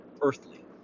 earthly